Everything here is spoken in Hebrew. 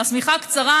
השמיכה קצרה,